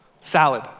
Salad